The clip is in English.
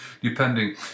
depending